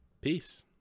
peace